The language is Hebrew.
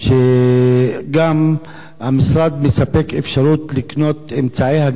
שהמשרד גם מספק אפשרות לקנות אמצעי הגנה